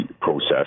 process